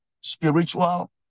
spiritual